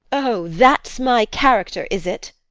oh, that's my character, is it?